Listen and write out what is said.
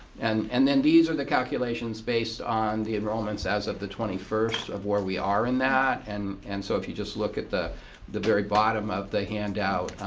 and and then these are the calculations based on the enrollments as of the twenty first of where we are in that. and and so if you just look at the the very bottom of the handout,